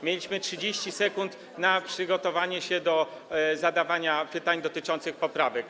Mieliśmy 30 sekund na przygotowanie się do zadawania pytań dotyczących poprawek.